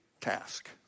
task